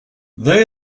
they